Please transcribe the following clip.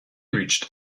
reached